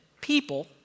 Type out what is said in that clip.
people